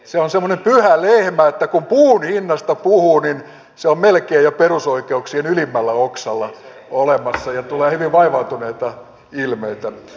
se on semmoinen pyhä lehmä että kun puun hinnasta puhuu niin se on melkein jo perusoikeuksien ylimmällä oksalla olemassa ja tulee hyvin vaivautuneita ilmeitä